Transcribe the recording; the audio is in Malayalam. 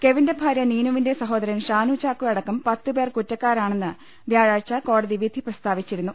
കെവിന്റെ ഭാരൃ നീനുവിന്റെ സഹോദരൻ ഷാനു ചാക്കോ അടക്കം പത്ത് പേർ കുറ്റക്കാരാണെന്ന് വ്യാഴാഴ്ച്ച കോടതി വിധി പ്രസ്താവിച്ചിരുന്നു